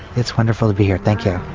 it's wonderful to be here thank you.